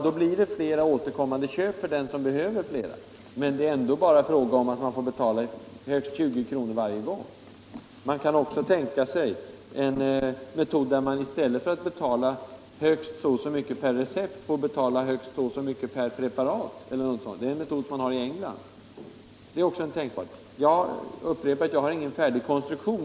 Då blir det flera återkommande köp för den som behöver mer, men det är ändå bara fråga om att betala högst 20 kr. varje gång. Man kan även tänka sig en metod, där patienten i stället för att få betala högst så och så mycket per recept får betala högst så och så mycket per preparat, en metod som används i England. Jag upprepar att jag inte har någon färdig konstruktion.